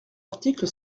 article